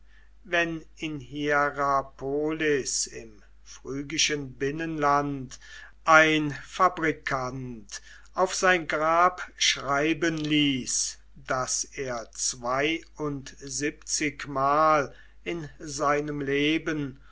wenn in hierapolis im phrygischen binnenland ein fabrikant auf sein grab schreiben ließ daß er zweiundsiebzigmal in seinem leben